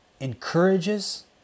encourages